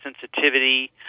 sensitivity